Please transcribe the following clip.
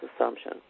assumption